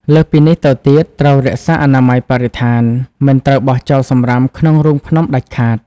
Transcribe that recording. លើសពីនេះទៅទៀត ត្រូវរក្សាអនាម័យបរិស្ថាន មិនត្រូវបោះចោលសំរាមក្នុងរូងភ្នំដាច់ខាត។